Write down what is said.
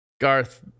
Garth